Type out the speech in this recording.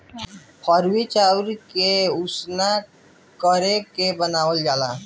फरुई चाउरे के उसिना करके बनावल जाला